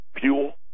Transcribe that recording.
fuel